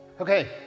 Okay